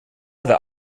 other